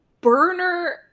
burner